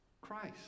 Christ